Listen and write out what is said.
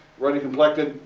ruddy complected,